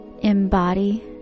Embody